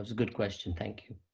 ah good question, thank you.